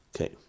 Okay